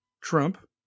Trump